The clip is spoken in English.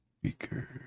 speaker